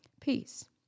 peace